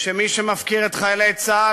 שמי שמפקיר את חיילי צה"ל,